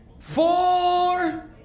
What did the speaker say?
Four